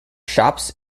shops